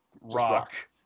rock